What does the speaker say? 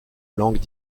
langue